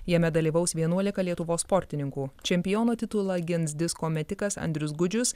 jame dalyvaus vienuolika lietuvos sportininkų čempiono titulą gins disko metikas andrius gudžius